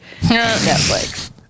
netflix